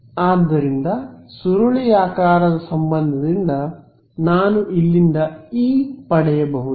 ಆದ್ದರಿಂದ ಸುರುಳಿಯಾಕಾರದ ಸಂಬಂಧದಿಂದ ನಾನು ಇಲ್ಲಿಂದ ಇ ಪಡೆಯಬಹುದು